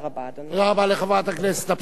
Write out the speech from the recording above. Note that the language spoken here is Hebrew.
תודה רבה לחברת הכנסת אבסדזה.